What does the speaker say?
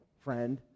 friend